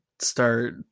start